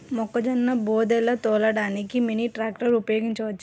మొక్కజొన్న బోదెలు తోలడానికి మినీ ట్రాక్టర్ ఉపయోగించవచ్చా?